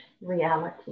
reality